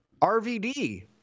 rvd